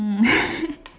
um